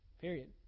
period